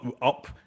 Up